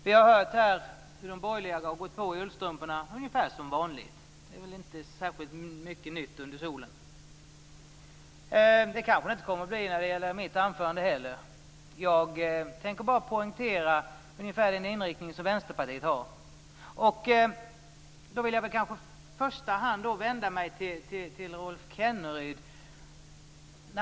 Vi har hört hur de borgerliga har gått på i ullstrumporna ungefär som vanligt. Det är inte särskilt mycket nytt under solen. Det kanske det inte kommer att bli när det gäller mitt anförande heller. Jag tänker bara poängtera vilken inriktning Vänsterpartiet har. Jag vill i första hand vända mig till Rolf Kenneryd.